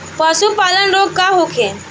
पशु प्लग रोग का होखेला?